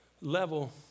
level